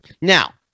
Now